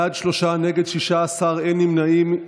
בעד, שלושה, נגד, 16, אין נמנעים.